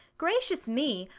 gracious me!